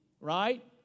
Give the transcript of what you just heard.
Right